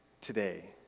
today